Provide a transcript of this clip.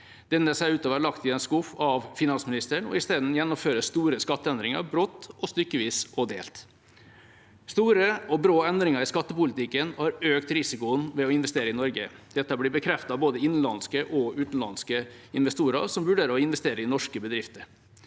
Denne ser ut til å være lagt i en skuff av finansministeren, og i stedet gjennomføres store skatteendringer brått og stykkevis og delt. Store og brå endringer i skattepolitikken har økt risikoen ved å investere i Norge. Dette blir bekreftet av både innenlandske og utenlandske investorer som vurderer å investere i norske bedrifter.